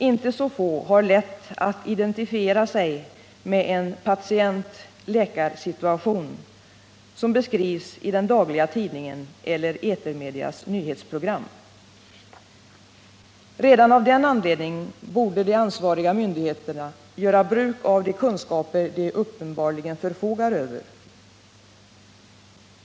Inte så få har lätt att identifiera sig med en patient-läkarsituation som beskrivs i den dagliga tidningen eller etermedias nyhetsprogram. Redan av den anledningen borde de ansvariga myndigheterna göra bruk av de kunskaper de uppenbarligen förfogar över.